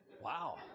Wow